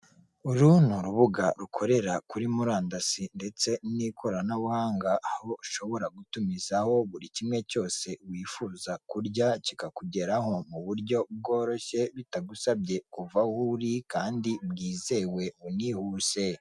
Uru ni urubuga rukorera kuri murandasi ndetse n'ikoranabuhanga aho ushobora gutumizaho buri kimwe cyose wifuza kurya kikakugeraho mu buryo bworoshye bitagusabye kuva aho uri kandi bwizewe unihuse.